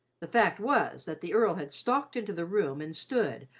the fact was that the earl had stalked into the room and stood,